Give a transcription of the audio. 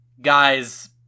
Guy's